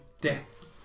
death